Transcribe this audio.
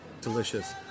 delicious